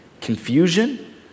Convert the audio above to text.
confusion